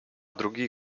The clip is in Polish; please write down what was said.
drugi